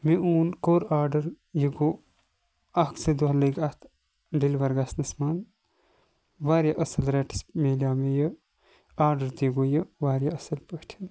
مےٚ اوٚن کوٚر آرڈَر یہِ گوٚو اکھ زٕ دۄہہ لٔگۍ اَتھ ڈیٚلِوَر گَژھنَس مَنٛز واریاہ اَصل ریٹَس مِلیٚو مےٚ یہِ آرڈَر تہِ گوٚو یہِ واریاہ اَصل پٲٹھۍ